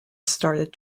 started